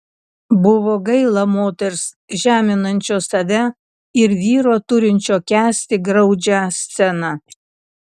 buvo gaila moters žeminančios save ir vyro turinčio kęsti graudžią sceną